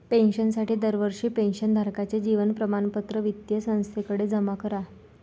पेन्शनसाठी दरवर्षी पेन्शन धारकाचे जीवन प्रमाणपत्र वित्तीय संस्थेकडे जमा करा